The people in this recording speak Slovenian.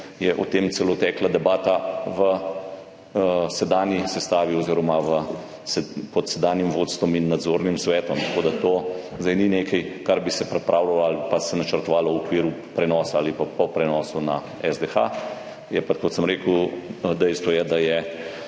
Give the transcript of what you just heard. je o tem celo tekla debata v sedanji sestavi oziroma v pod sedanjim vodstvom in nadzornim svetom. Tako da to zdaj ni nekaj, kar bi se pripravljalo ali pa se načrtovalo v okviru prenosa ali pa po prenosu na SDH. Je pa dejstvo, da